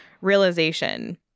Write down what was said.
realization